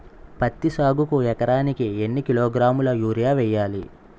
పత్తి సాగుకు ఎకరానికి ఎన్నికిలోగ్రాములా యూరియా వెయ్యాలి?